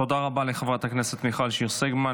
תודה רבה לחברת הכנסת מיכל שיר סגמן.